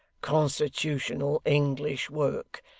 constitutional, english work.